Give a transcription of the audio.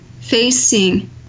facing